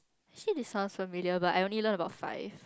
she this sound familiar but I only learn about five